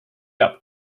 teab